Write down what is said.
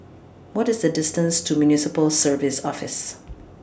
What IS The distance to Municipal Services Office